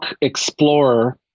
explorer